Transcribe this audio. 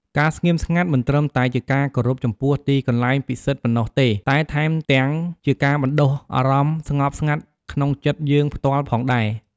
ការស្ងៀមស្ងាត់មិនត្រឹមតែជាការគោរពចំពោះទីកន្លែងពិសិដ្ឋប៉ុណ្ណោះទេ តែថែមទាំងជាការបណ្ដុះអារម្មណ៍ស្ងប់ស្ងាត់ក្នុងចិត្តយើងផ្ទាល់ផងដែរ។